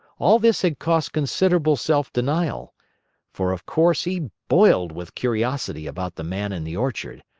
all this had cost considerable self-denial for of course he boiled with curiosity about the man in the orchard.